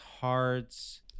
hearts